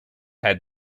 had